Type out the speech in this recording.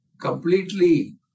completely